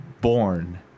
Born